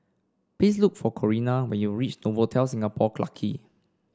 please look for Corinna when you reach Novotel Singapore Clarke Quay